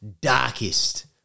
darkest